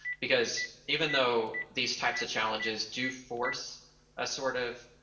because even though these types of challenges do force a sort of,